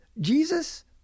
Jesus